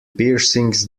piercings